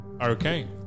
Okay